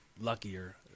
luckier